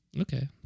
okay